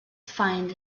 find